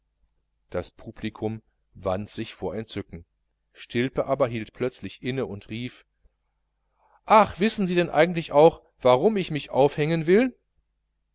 das publikum wand sich vor entzücken stilpe aber hielt plötzlich inne und rief aber wissen sie denn auch warum ich mich erhängen will